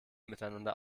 miteinander